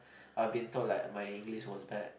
I've been told like my English was bad